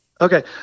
okay